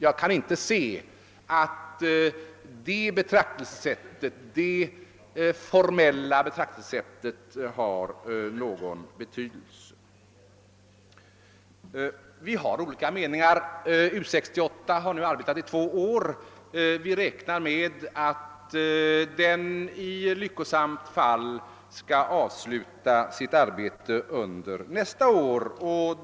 Jag kan inte se att detta formella betraktelsesätt har någon betydelse, på den punkten råder det alltså olika meningar. U 68 har nu arbetat i två år. Vi räknar med att den i lyckosammaste fall skall avsluta sitt arbete under nästa år.